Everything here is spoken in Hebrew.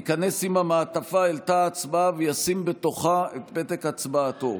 ייכנס עם המעטפה אל תא ההצבעה וישים בתוכה את פתק הצבעתו.